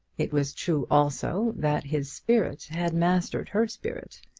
it was true also that his spirit had mastered her spirit,